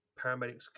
paramedics